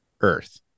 earth